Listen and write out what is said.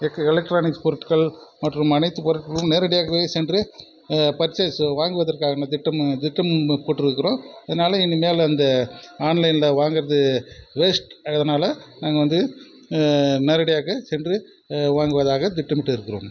electronics பொருட்கள் மற்றும் அனைத்து பொருட்களும் நேரடியாகவே சென்று பர்ச்சேஸ் வாங்குவதற்கான திட்டம் திட்டம் போட்ருக்குறோம் அதனால் இனிமேல் அந்த ஆன்லைனில் வாங்கறது வேஸ்ட் அதனால் நாங்கள் வந்து நேரடியாக சென்று வாங்குவதாக திட்டமிட்டு இருக்கிறோம்